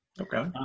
okay